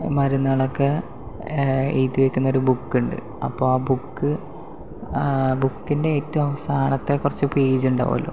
മരുന്നുകളൊക്കെ എഴുതി വെക്കുന്ന ഒരു ബുക്കുണ്ട് അപ്പോൾ ആ ബുക്ക് ബുക്കിൻ്റെ ഏറ്റവും അവസാനത്തെ കുറച്ച് പേജ് ഉണ്ടാകുമല്ലോ